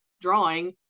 drawing